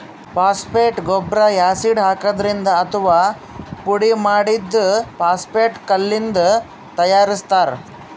phosphate ಗೊಬ್ಬರ್ acid ಹಾಕಿದ್ರಿಂದ್ ಅಥವಾ ಪುಡಿಮಾಡಿದ್ದ್ ಫಾಸ್ಫೇಟ್ ಕಲ್ಲಿಂದ್ ತಯಾರಿಸ್ತಾರ್